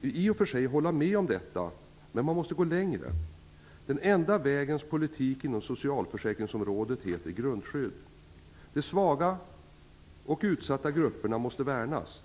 i och för sig hålla med om detta, men man måste gå längre. Den enda vägens politik inom socialförsäkringsområdet heter grundskydd. De svaga och utsatta grupperna måste värnas.